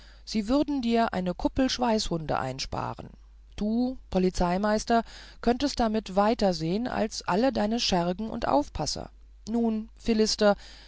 sie würden dir eine kuppel schweißhunde ersparen du polizeiminister könntest damit weiter sehen als alle deine schergen und aufpasser nun